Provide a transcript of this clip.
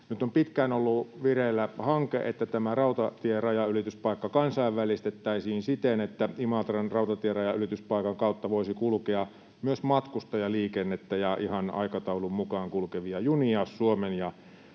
Nyt on pitkään ollut vireillä hanke, että tämä rautatierajanylityspaikka kansainvälistettäisiin siten, että Imatran rautatierajanylityspaikan kautta voisi kulkea myös matkustajaliikennettä ja ihan aikataulun mukaan kulkevia junia Suomen ja